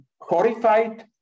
horrified